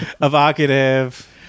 Evocative